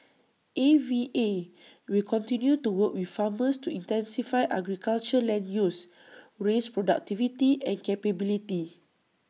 A V A will continue to work with farmers to intensify agriculture land use raise productivity and capability